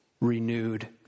renewed